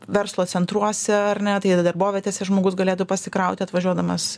verslo centruose ar ne tai darbovietėse žmogus galėtų pasikrauti atvažiuodamas